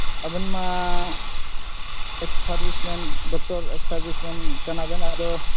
ᱟᱵᱮᱱ ᱢᱟ ex servicemen doctor ex servicemen ᱠᱟᱱᱟ ᱵᱮᱱ ᱟᱨᱚ